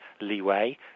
leeway